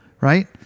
right